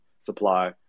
supply